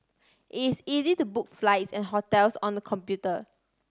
it's easy to book flights and hotels on the computer